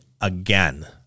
again